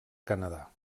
canadà